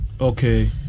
Okay